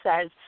says